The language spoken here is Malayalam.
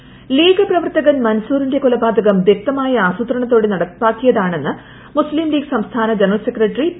എ സലാം ലീഗ് പ്രവർത്തകൻ മൻസൂറിന്റെ കൊലപാതകഠ വ്യക്തമായ ആസൂത്രണത്തോടെ നടപ്പാക്കിയതെന്ന് മുസ്ലിം ലീഗ് സംസ്ഥാന ജനറൽ സെക്രട്ടറി പി